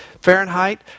Fahrenheit